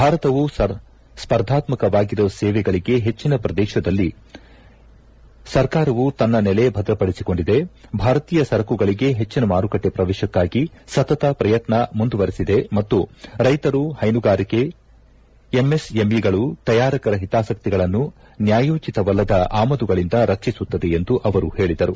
ಭಾರತವು ಸ್ಪರ್ಧಾತ್ಮಕವಾಗಿರುವ ಸೇವೆಗಳಗೆ ಹೆಚ್ಚಿನ ಪ್ರವೇಶದ ವಿಷಯದಲ್ಲಿ ಸರ್ಕಾರವು ತನ್ನ ನೆಲೆ ಭದ್ರಪಡಿಸಿಕೊಂಡಿದೆ ಭಾರತೀಯ ಸರಕುಗಳಿಗೆ ಹೆಚ್ಚಿನ ಮಾರುಕಟ್ಟೆ ಪ್ರವೇಶಕ್ಕಾಗಿ ಸತತ ಪ್ರಯತ್ನವನ್ನು ಮುಂದುವರೆಸಿದೆ ಮತ್ತು ರೈತರು ಹ್ಲೆನುಗಾರಿಕೆ ಎಂಎಸ್ಎಂಇಗಳು ತಯಾರಕರ ಹಿತಾಸಕ್ತಿಗಳನ್ನು ನ್ಯಾಯೋಚಿತವಲ್ಲದ ಆಮದುಗಳಿಂದ ರಕ್ಷಿಸುತ್ತದೆ ಎಂದು ಅವರು ಹೇಳಿದರು